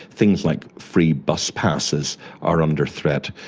things like free bus passes are under threat,